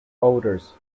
odors